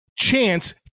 chance